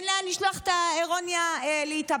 אין לאן לשלוח את האירוניה להתאבד.